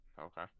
Okay